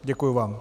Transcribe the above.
Děkuji vám.